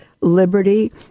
liberty